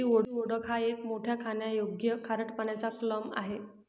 geoduck हा एक मोठा खाण्यायोग्य खारट पाण्याचा क्लॅम आहे